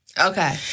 Okay